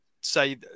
say